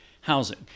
housing